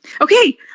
Okay